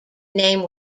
name